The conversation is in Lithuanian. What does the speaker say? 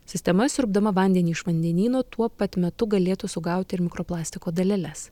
sistema siurbdama vandenį iš vandenyno tuo pat metu galėtų sugauti ir mikroplastiko daleles